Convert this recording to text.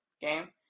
game